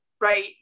Right